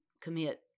commit